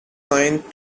signed